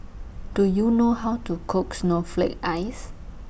Do YOU know How to Cook Snowflake Ice